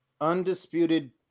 Undisputed